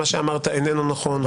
מה שאמרת איננו נכון.